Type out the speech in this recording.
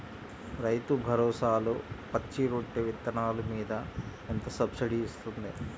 రైతు భరోసాలో పచ్చి రొట్టె విత్తనాలు మీద ఎంత సబ్సిడీ ఇస్తుంది?